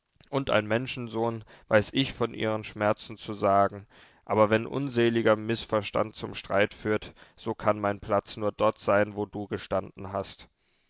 und ein menschensohn weiß ich von ihren schmerzen zu sagen aber wenn unseliger mißverstand zum streit führt so kann mein platz nur dort sein wo du gestanden hast